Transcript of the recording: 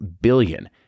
billion